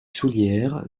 soullieres